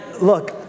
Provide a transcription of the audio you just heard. look